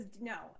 no